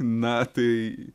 na tai